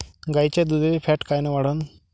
गाईच्या दुधाची फॅट कायन वाढन?